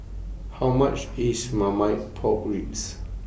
How much IS Marmite Pork Ribs